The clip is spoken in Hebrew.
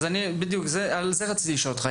בדיוק על זה רציתי לשאול אותך.